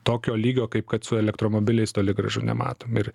tokio lygio kaip kad su elektromobiliais toli gražu nematom ir